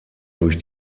durch